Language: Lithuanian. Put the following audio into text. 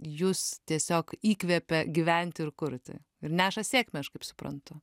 jus tiesiog įkvepia gyventi ir kurti ir neša sėkmę aš kaip suprantu